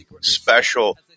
special